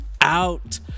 out